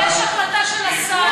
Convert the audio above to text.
יש החלטה של השר,